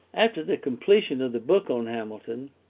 after the completion of the book on hamilton,